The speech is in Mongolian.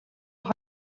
хоёр